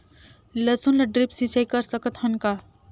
लसुन ल ड्रिप सिंचाई कर सकत हन का?